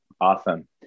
awesome